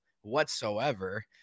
whatsoever